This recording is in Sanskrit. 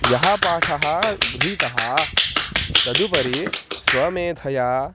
यः पाठः गृहीतः तदुपरि स्वमेधया